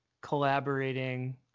collaborating